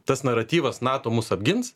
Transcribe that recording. tas naratyvas nato mus apgins